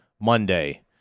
Monday